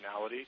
functionality